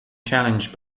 challenged